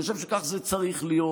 אני חושב שכך זה צריך להיות,